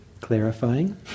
Clarifying